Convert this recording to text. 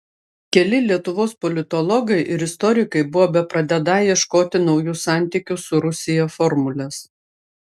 keli lietuvos politologai ir istorikai buvo bepradedą ieškoti naujų santykių su rusija formulės